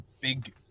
big